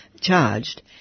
charged